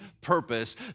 purpose